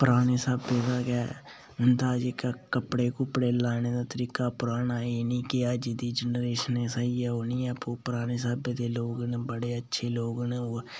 पराने स्हाबै दा गै उं'दा जेह्ड़ा कपड़े लाने दा तरीका पराना ऐ एह् निं कि अज्ज दी जनरेशन साहीं ऐ ओह् उ'नें ई नेईं ऐ पराने स्हाबै दे लोग न बड़े अच्छे लोग न ओह्